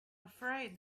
afraid